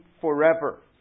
forever